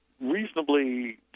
reasonably